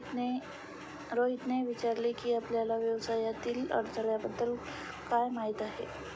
रोहितने विचारले की, आपल्याला व्यवसायातील अडथळ्यांबद्दल काय माहित आहे?